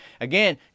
Again